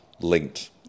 linked